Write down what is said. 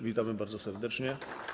Witamy bardzo serdecznie.